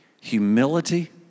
Humility